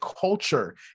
culture